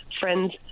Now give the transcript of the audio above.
friends